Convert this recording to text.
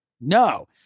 no